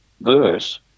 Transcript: verse